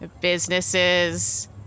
Businesses